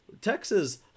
texas